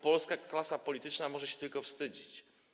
Polska klasa polityczna może się tylko wstydzić.